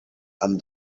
and